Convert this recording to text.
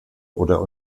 oder